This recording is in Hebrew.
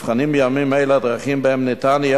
נבחנות בימים אלה הדרכים שבהן יהיה